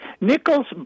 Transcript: Nichols